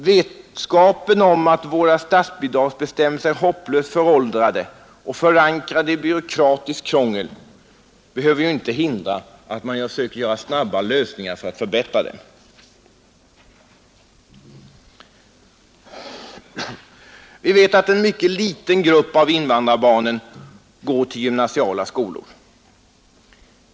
Vetskapen om att våra statsbidragsbestämmelser är hopplöst föråldrade och förankrade i byråkratiskt krångel behöver ju inte hindra att man snabbt söker förbättra dem. Vi vet att en mycket liten grupp av invandrarbarnen går till gymnasiala skolor.